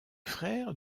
frère